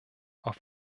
auf